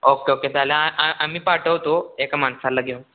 okay okay चालेल आम्ही पाठवतो एका माणसाला घेऊन